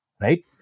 right